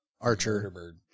Archer